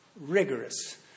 rigorous